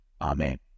Amen